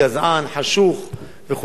חשוך וכו' וכו'.